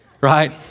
right